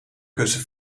kussen